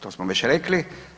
To smo već rekli.